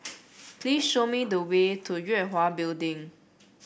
please show me the way to Yue Hwa Building